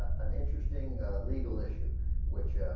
an interesting ah. legal issue which ah.